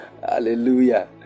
hallelujah